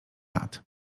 lat